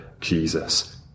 Jesus